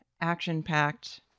action-packed